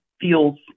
feels